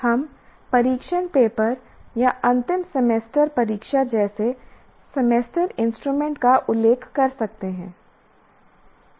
हम परीक्षण पेपर या अंतिम सेमेस्टर परीक्षा जैसे एसेसमेंट इंस्ट्रूमेंट का उल्लेख कर सकते हैं